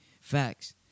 Facts